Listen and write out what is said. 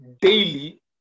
daily